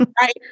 right